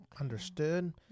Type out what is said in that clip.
Understood